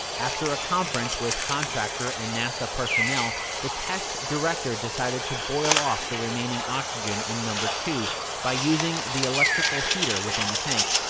after a conference with contractor and nasa personnel, the test director decided to boil off the remaining oxygen in no. two by using the electrical heater within the tank.